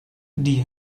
die